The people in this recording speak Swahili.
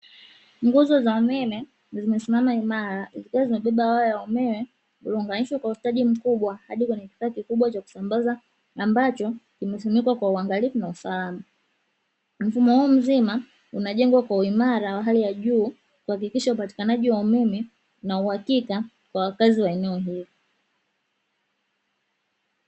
Nguzo za umeme zimesimama imara zikiwa zimebebe waya wa umeme uliounganishwa kwa ustadi mkubwa hadi kwenye kifaa kikubwa cha kusambaza ambacho kimefunikwa kwa uangalifu na usalama, mfumo huu mzima unajengwa kwa uiamara wa hali ya juu kuhakikisha upatikanaji wa umeme na uhakika kwa wakazi wa eneo hilo.